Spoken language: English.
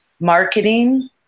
marketing